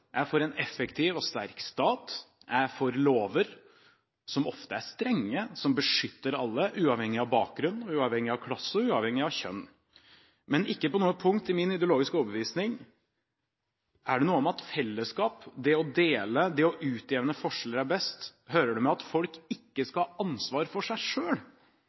jeg er for en effektiv og sterk stat, jeg er for lover som ofte er strenge, som beskytter alle, uavhengig av bakgrunn, uavhengig av klasse og uavhengig av kjønn. Men ikke på noe punkt i min ideologiske overbevisning om at fellesskap, det å dele, det å utjevne forskjeller er best, hører det med at folk ikke skal ha ansvar for seg